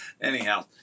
anyhow